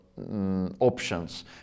options